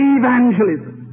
evangelism